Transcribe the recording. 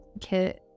Kit